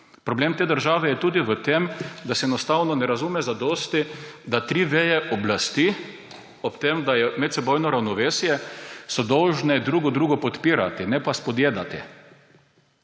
Problem te države je tudi v tem, da se enostavno ne razume zadosti, da so tri veje oblasti – ob tem, da je medsebojno ravnovesje – dolžne druga drugo podpirati, ne pa izpodjedati.